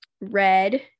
red